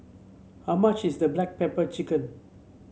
how much is the Black Pepper Chicken